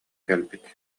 кэлбит